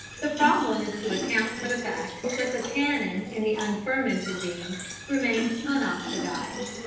the problem is to account for the fact that the tannin in the unfermented bean remains unoxidised,